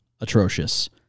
atrocious